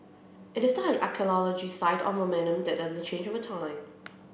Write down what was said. it is not an archaeological site or that doesn't change over time